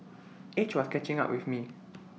age was catching up with me